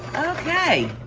okay.